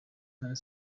none